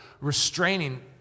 restraining